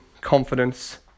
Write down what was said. confidence